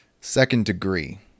second-degree